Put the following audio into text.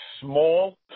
small